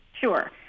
Sure